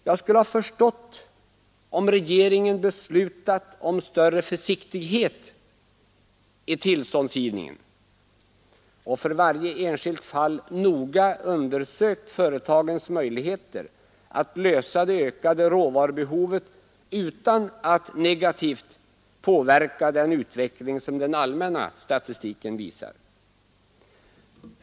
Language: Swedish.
Jag skulle ha förstått om regeringen beslutat om större försiktighet i tillståndsgivningen och för varje enskilt fall noga undersökt företagens möjligheter att lösa det ökade råvarubehovet utan att negativt påverka den utveckling som den allmänna statistiken visar.